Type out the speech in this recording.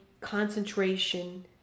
concentration